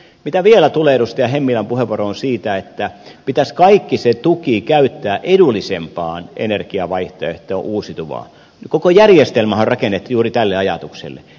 mitä vielä tulee edustaja hemmilän puheenvuoroon siitä että pitäisi kaikki se tuki käyttää edullisempaan energiavaihtoehtoon uusiutuvaa koko järjestelmähän on rakennettu juuri tälle ajatukselle